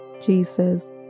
Jesus